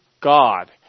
God